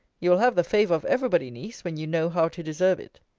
you will have the favour of every body, niece, when you know how to deserve it.